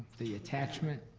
the attachment,